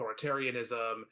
authoritarianism